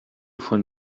von